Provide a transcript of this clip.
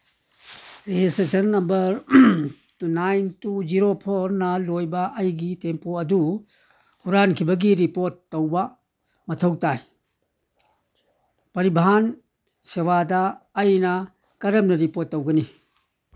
registration number two nine two zero ꯐꯣꯔꯅ ꯂꯣꯏꯕ ꯑꯩꯒꯤ ꯇꯦꯝꯄꯣ ꯑꯗꯨ ꯍꯨꯔꯥꯟꯈꯤꯕꯒꯤ ꯔꯤꯄꯣꯔꯠ ꯇꯧꯕ ꯃꯊꯧ ꯇꯥꯏ ꯄꯔꯤꯚꯥꯟ ꯁꯦꯕꯥꯗ ꯑꯩꯅ ꯀꯔꯝꯅ ꯔꯤꯄꯣꯔꯠ ꯇꯧꯒꯅꯤ